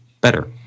better